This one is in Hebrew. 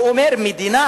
הוא אומר: מדינה